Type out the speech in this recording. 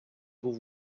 був